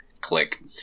Click